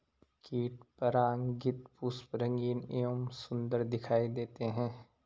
कीट परागित पुष्प रंगीन एवं सुन्दर दिखाई देते हैं